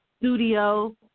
studio